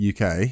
UK